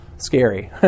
scary